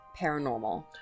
paranormal